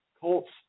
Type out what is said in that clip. Colts